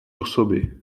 osoby